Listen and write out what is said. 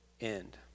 end